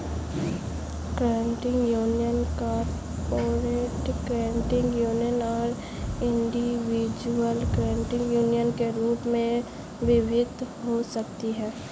credit union corporate credit union और individual credit union के रूप में विभक्त हो सकती हैं